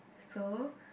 so